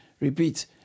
repeat